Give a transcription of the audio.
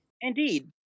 Indeed